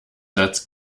satz